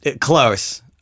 Close